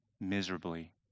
miserably